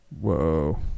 Whoa